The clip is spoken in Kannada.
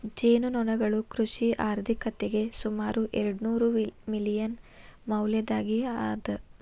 ಜೇನುನೊಣಗಳು ಕೃಷಿ ಆರ್ಥಿಕತೆಗೆ ಸುಮಾರು ಎರ್ಡುನೂರು ಮಿಲಿಯನ್ ಮೌಲ್ಯದ್ದಾಗಿ ಅದ